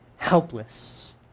Helpless